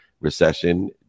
recession